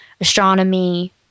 astronomy